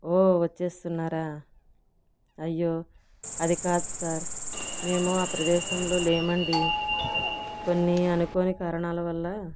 వచ్చేస్తున్నారా అయ్యో అది కాదు సార్ మేము ఆ ప్రదేశంలో లేమండి కొన్ని అనుకోని కారణాల వల్ల